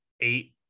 eight